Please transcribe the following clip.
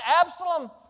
Absalom